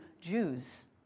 Jews